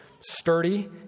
sturdy